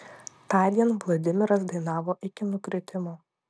tądien vladimiras dainavo iki nukritimo